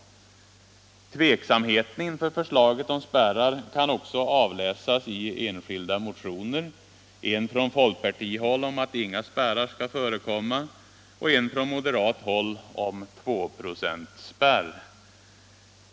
Tveksamheten inför förslaget om spärrar kan också avläsas i enskilda motioner, en från folkpartihåll om att inga spärrar skall förekomma och en från moderat håll om en 2-procentsspärr.